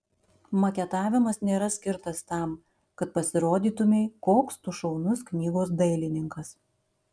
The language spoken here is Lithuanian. maketavimas nėra skirtas tam kad pasirodytumei koks tu šaunus knygos dailininkas